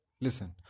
Listen